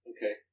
Okay